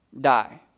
die